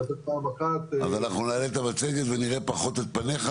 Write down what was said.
אז אנחנו נעלה את המצגת ונראה פחות את פניך,